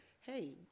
hey